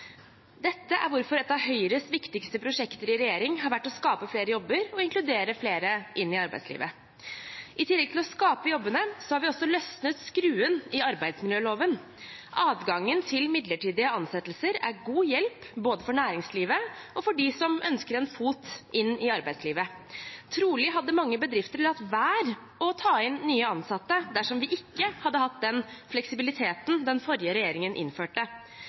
Dette er hvorfor et av Høyres viktigste prosjekter i regjering har vært å skape flere jobber og inkludere flere inn i arbeidslivet. I tillegg til å skape jobbene har vi også løsnet skruen i arbeidsmiljøloven. Adgangen til midlertidige ansettelser er god hjelp både for næringslivet og for dem som ønsker en fot inn i arbeidslivet. Trolig hadde mange bedrifter latt være å ta inn nye ansatte dersom vi ikke hadde hatt den fleksibiliteten den forrige regjeringen innførte.